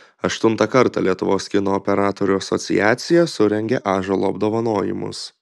aštuntą kartą lietuvos kino operatorių asociacija surengė ąžuolo apdovanojimus